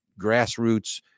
grassroots